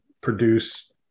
produce